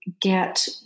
get